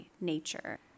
nature